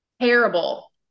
terrible